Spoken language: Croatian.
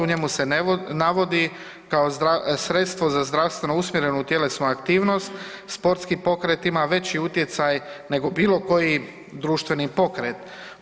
U njemu se navodi kao sredstvo za zdravstveno usmjerenu tjelesnu aktivnost sportskim pokretima ima veći utjecaj nego bilo koji društveni pokret.